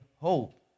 hope